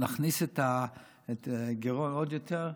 להכניס לגירעון עוד יותר,